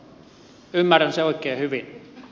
ymmärrän sen oikein hyvin